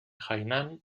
hainan